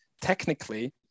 technically